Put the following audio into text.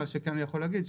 מה שאני כן יכול להגיד,